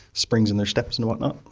springs in their steps and whatnot.